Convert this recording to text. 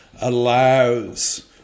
allows